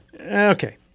Okay